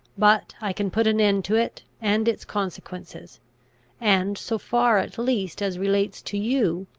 but i can put an end to it and its consequences and, so far at least as relates to you,